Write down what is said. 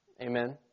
Amen